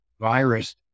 virus